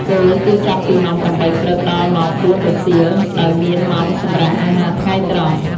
ពោលគឺចាប់ពីម៉ោង៨ ព្រឹក ដល់ម៉ោង ៤ រសៀល ដោយមានម៉ោងសម្រាកអាហារថ្ងៃត្រង់។